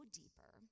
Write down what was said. deeper